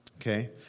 Okay